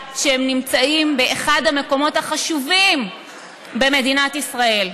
שהם נמצאים באחד המקומות החשובים במדינת ישראל,